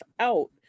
Out